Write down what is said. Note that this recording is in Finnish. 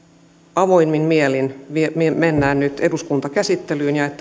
avoimin mielin mennään nyt eduskuntakäsittelyyn ja että siellä